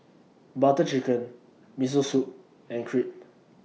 Butter Chicken Miso Soup and Crepe